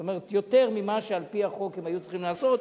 זאת אומרת יותר ממה שעל-פי החוק הם היו צריכים לעשות.